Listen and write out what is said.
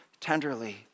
tenderly